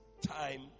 time